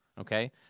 Okay